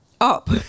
up